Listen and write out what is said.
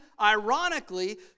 ironically